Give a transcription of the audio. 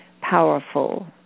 powerful